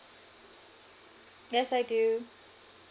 yes I do